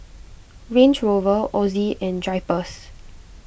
Range Rover Ozi and Drypers